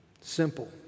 Simple